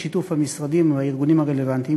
בשיתוף המשרדים והארגונים הרלוונטיים,